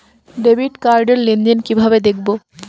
Debit card র লেনদেন কিভাবে দেখবো?